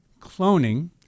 cloning